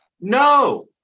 no